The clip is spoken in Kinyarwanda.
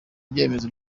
byemezo